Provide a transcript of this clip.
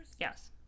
Yes